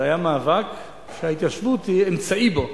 זה היה מאבק שההתיישבות היא אמצעי בו,